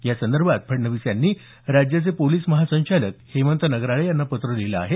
यासंदर्भात फडणवीस यांनी राज्याचे पोलीस महासंचालक हेमंत नगराळे यांना पत्र लिहिलं आहे